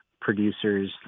producers